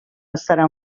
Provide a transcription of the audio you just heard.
estarà